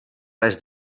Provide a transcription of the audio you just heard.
res